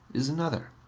is another.